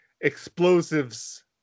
explosives